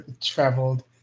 Traveled